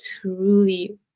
truly